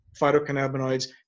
phytocannabinoids